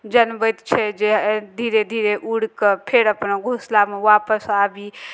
जनबैत छै जे धीरे धीरे उड़ि कऽ फेर अपना घोसलामे वापस आबी